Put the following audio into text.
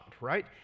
right